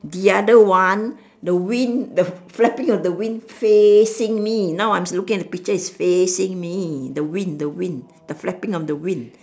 the other one the wing the flapping of the wing facing me now I'm looking at the picture it's facing me the wing the wing the flapping of the wing